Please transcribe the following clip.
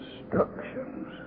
instructions